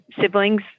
siblings